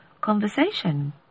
conversation